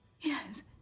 Yes